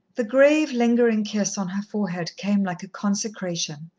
the grave, lingering kiss on her forehead came like a consecration.